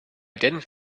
didn’t